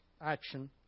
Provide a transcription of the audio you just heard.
action